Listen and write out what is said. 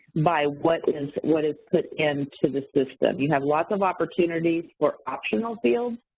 by what is what is put into the system. you have lots of opportunities for optional fields.